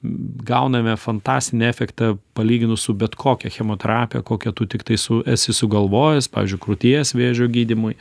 gauname fantastinį efektą palyginus su bet kokia chemoterapija kokią tu tiktai esi sugalvojęs pavyzdžiui krūties vėžio gydymui